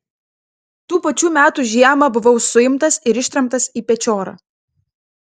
tų pačių metų žiemą buvau suimtas ir ištremtas į pečiorą